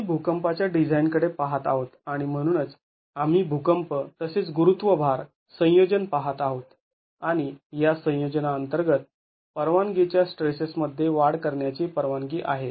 आम्ही भुकंपाच्या डिझाईन कडे पहात आहोत आणि म्हणूनच आम्ही भूकंप तसेच गुरुत्व भार संयोजन पाहत आहोत आणि या संयोजना अंतर्गत परवानगीच्या स्ट्रेसेस मध्ये वाढ करण्याची परवानगी आहे